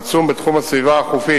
המצוי בתחום הסביבה החופית,